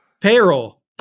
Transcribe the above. payroll